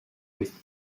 with